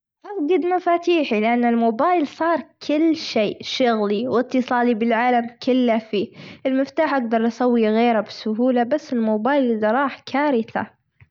أفجد مفاتيحي لأن الموبايل صار كل شي شغلي وإتصالي بالعالم كله فيه، المفتاح أجدر أسوي غيره بسهولة، بس الموبايل إذ راح كارثة.